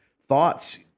thoughts